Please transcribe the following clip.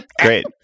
Great